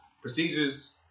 procedures